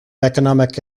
economic